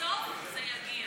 בסוף זה יגיע.